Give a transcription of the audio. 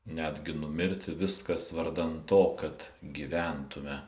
netgi numirti viskas vardan to kad gyventume